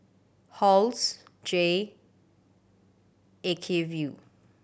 Halls Jay Acuvue